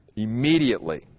Immediately